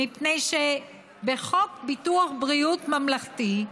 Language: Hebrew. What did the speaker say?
מפני שבחוק ביטוח בריאות ממלכתי,